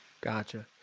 gotcha